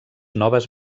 noves